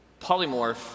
polymorph